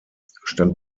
stand